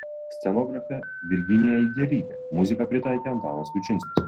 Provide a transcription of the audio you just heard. scenografė virginija idzelytė muziką pritaikė antanas kučinskas